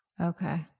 Okay